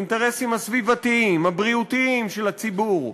האינטרסים הסביבתיים, הבריאותיים, של הציבור,